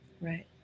Right